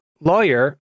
lawyer